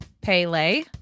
Pele